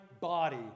body